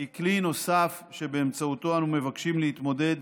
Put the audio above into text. היא כלי נוסף שבאמצעותו אנו מבקשים להתמודד